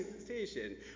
station